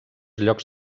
llocs